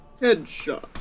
headshot